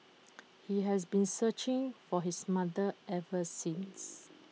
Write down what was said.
he has been searching for his mother ever since